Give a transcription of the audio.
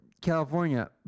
California